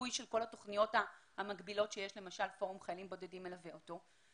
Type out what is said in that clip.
ליווי של כל התכניות המקבילות שיש ופורום חיילים בודדים מלווה אותו,